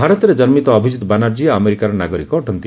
ଭାରତରେ ଜନ୍କିତ ଅଭିଜିତ୍ ବାନାର୍ଜୀ ଆମେରିକାର ନାଗରିକ ଅଟନ୍ତି